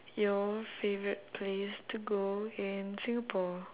your favourite place to go in singapore